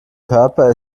körper